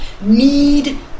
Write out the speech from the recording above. need